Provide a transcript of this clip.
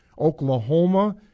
Oklahoma